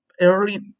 early